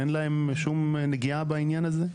אין להם שום נגיעה בעניין הזה?